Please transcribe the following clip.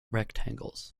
rectangles